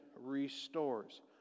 restores